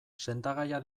sendagaia